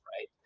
right